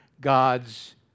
God's